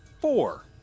Four